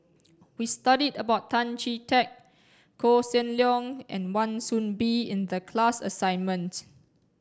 we studied about Tan Chee Teck Koh Seng Leong and Wan Soon Bee in the class assignment